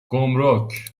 گمرک